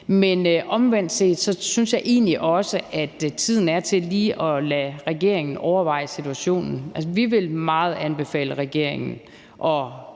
Men omvendt synes jeg egentlig også, at tiden er til lige at lade regeringen overveje situationen. Altså, vi vil meget anbefale regeringen at